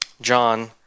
John